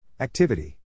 Activity